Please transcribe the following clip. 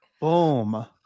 Boom